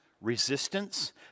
resistance